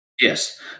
Yes